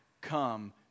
come